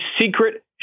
secret